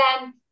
then-